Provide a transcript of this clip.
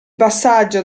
passaggio